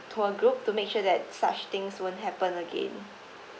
tour group to make sure that such things won't happen again